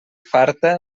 farta